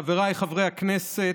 חבריי חברי הכנסת,